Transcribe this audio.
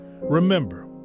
Remember